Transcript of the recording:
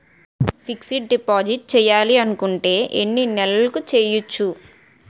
Fixed deposit చేయాలి అనుకుంటే ఎన్నే నెలలకు చేయొచ్చు?